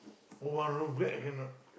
one room flat I cannot